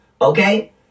okay